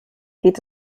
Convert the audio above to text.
geht